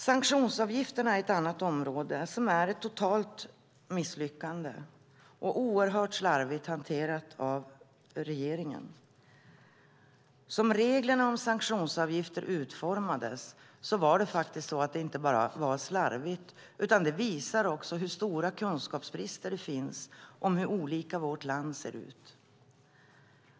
Sanktionsavgifterna är ett annat område som är ett totalt misslyckande, och de är oerhört slarvigt hanterade av regeringen. Reglerna om sanktionsavgifter utformades inte bara slarvigt utan visade också att det fanns stora kunskapsbrister om hur olika vårt land ser ut.